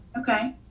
okay